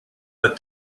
but